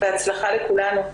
בהצלחה לכולנו.